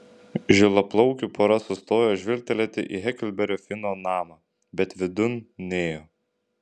žilaplaukių pora sustojo žvilgtelėti į heklberio fino namą bet vidun nėjo